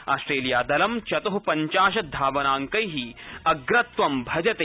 ऑस्टेलियादलं चत्पञ्चाशत् धावनाकै अग्रत्वं भजते